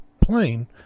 plane